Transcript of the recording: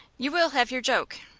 you will have your joke.